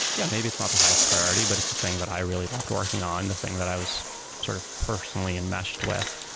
yeah, maybe it's not the highest priority, but it's the thing that i really loved working on, the thing that i was sort of personally enmeshed with.